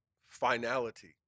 finality